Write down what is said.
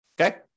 Okay